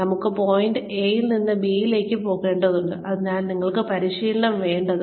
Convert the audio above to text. നമുക്ക് പോയിന്റ് എയിൽ നിന്ന് ബി പോയിന്റിലേക്ക് പോകേണ്ടതുണ്ട് അതിനാലാണ് ഞങ്ങൾക്ക് പരിശീലനം വേണ്ടത്